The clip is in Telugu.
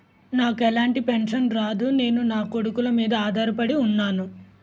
నాకు ఎలాంటి పెన్షన్ రాదు నేను నాకొడుకుల మీద ఆధార్ పడి ఉన్నాను